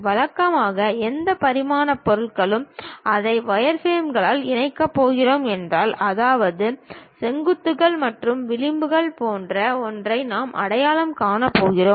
வழக்கமாக எந்த முப்பரிமாண பொருளும் அதை வயர்ஃப்ரேம்களால் இணைக்கப் போகிறோம் என்றால் அதாவது செங்குத்துகள் மற்றும் விளிம்புகள் போன்ற ஒன்றை நாம் அடையாளம் காணப் போகிறோம்